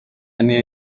niyo